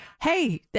hey